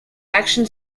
action